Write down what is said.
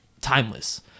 timeless